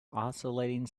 oscillating